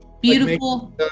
beautiful